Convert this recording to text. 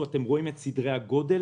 אתם רואים פה את סדרי הגודל.